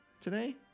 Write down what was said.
today